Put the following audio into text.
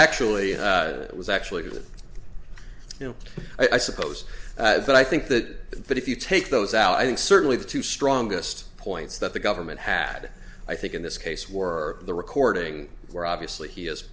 actually it was actually you know i suppose but i think that if you take those out i think certainly the two strongest points that the government had i think in this case were the recording where obviously he is